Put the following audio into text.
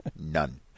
None